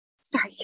sorry